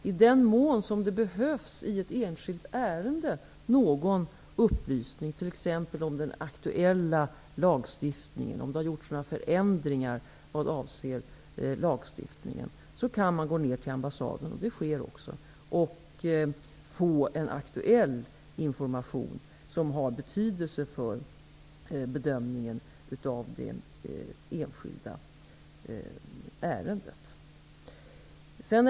I den mån som det i ett enskilt ärende behövs någon upplysning, t.ex. om den aktuella lagstiftningen, om det har gjorts några förändringar vad avser lagstiftningen, kan man gå ner till ambassaden -- vilket också sker -- och få aktuell information som har betydelse för bedömningen av det enskilda ärendet.